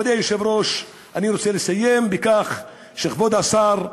מכובדי היושב-ראש, אני רוצה לסיים בכך שכבוד השר,